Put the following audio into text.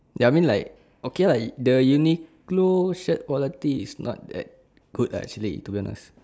ya I mean like okay lah the Uniqlo shirt quality is not that good ah actually to be honest